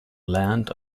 land